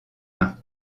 mains